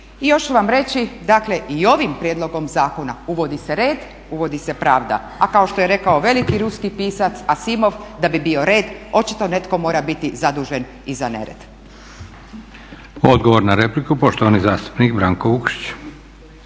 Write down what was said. I još ću vam reći, dakle i ovim prijedlogom zakona uvodi se red, uvodi se pravda. A kao što je rekao veliki ruski pisac Asimov da bi bio red očito netko mora biti zadužen i za nered. **Leko, Josip (SDP)** Odgovor na repliku, poštovani zastupnik Branko Vukšić.